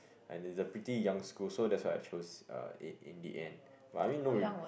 and it's a pretty young school so that's why I chose uh it in the end but I mean no regrets